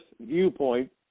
viewpoint